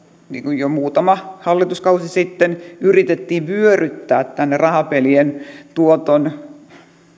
niin kuin jo muutama hallituskausi sitten että yritettiin vyöryttää tänne rahapelien tuoton